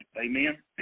Amen